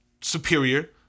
superior